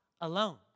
alone